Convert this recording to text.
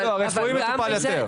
לא הרפואי מטופל יותר.